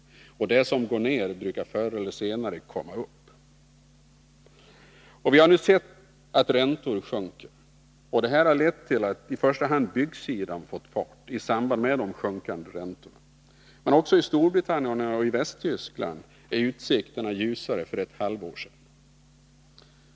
Det som går ned brukar förr eller senare komma upp! Vi har nu sett att räntorna sjunker. Det har lett till att i första hand byggsidan fått fart. Men också i Storbritannien och i Västtyskland är utsikterna ljusare nu än för ett halvår sedan.